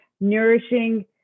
nourishing